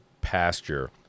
pasture